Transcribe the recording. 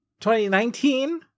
2019